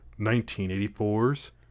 1984's